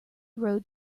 road